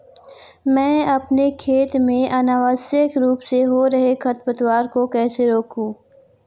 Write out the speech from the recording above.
मैं अपने खेत में अनावश्यक रूप से हो रहे खरपतवार को कैसे रोकूं?